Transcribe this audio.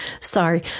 sorry